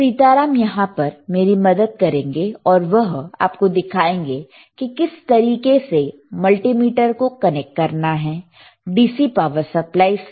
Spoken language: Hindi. सीताराम यहां पर मेरी मदद करेंगे और वह आपको दिखाएंगे कि किस तरीके से मल्टीमीटर को कनेक्ट करना है DC पावर सप्लाई से